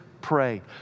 Pray